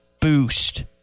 boost